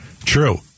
True